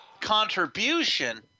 contribution